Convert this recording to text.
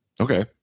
Okay